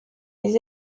les